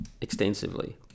extensively